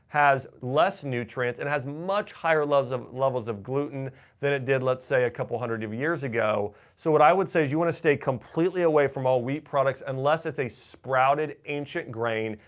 has less nutrients, and has much higher levels of levels of gluten than it did let's say a couple hundred of years ago. so what i would say is you want to stay completely away from all wheat products and unless it's a sprouted ancient grain,